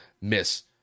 miss